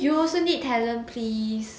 you also need talent please